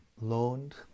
Loaned